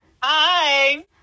Hi